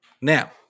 Now